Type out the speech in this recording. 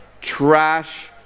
trash